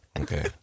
Okay